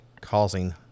causing